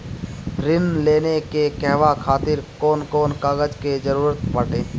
ऋण लेने के कहवा खातिर कौन कोन कागज के जररूत बाटे?